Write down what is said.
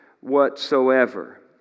whatsoever